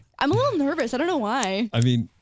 i'm a little nervous, i don't know why. i mean,